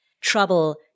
trouble